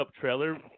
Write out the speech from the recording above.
trailer